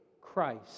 Christ